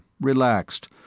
relaxed